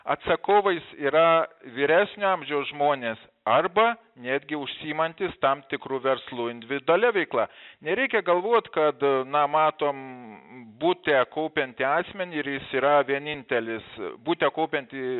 atsakovais yra vyresnio amžiaus žmonės arba netgi užsiimantys tam tikru verslu individualia veikla nereikia galvot kad na matom bute kaupiantį asmenį ir jis yra vienintelis bute kaupiantį